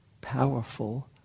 powerful